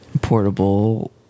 Portable